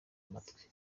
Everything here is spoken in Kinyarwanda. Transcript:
amatwi